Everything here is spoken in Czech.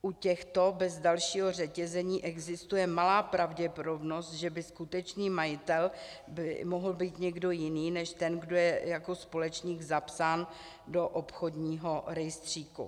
U těchto bez dalšího řetězení existuje malá pravděpodobnost, že by skutečný majitel mohl být někdo jiný než ten, kdo je jako společník zapsán do obchodního rejstříku.